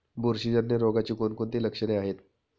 बुरशीजन्य रोगाची कोणकोणती लक्षणे आहेत?